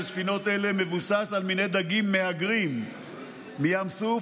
ספינות אלה מבוסס על מיני דגים מהגרים מים סוף,